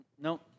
no